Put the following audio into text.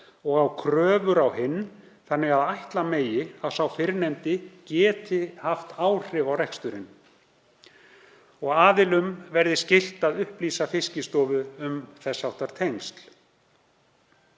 og á kröfur á hinn þannig að ætla megi að sá fyrrnefndi geti haft áhrif á reksturinn. Aðilum verði skylt að upplýsa Fiskistofu um þess háttar tengsl.